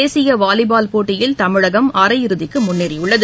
தேசிய வாலிபால் போட்டியில் தமிழகம் அரை இறுதிக்கு முன்னேறியுள்ளது